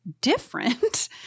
different